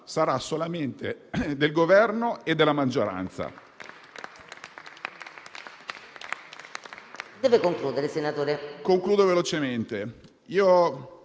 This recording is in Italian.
sarà solamente del Governo e della maggioranza.